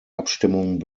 abstimmung